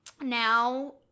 now